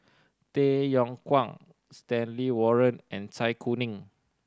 Tay Yong Kwang Stanley Warren and Zai Kuning